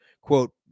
quote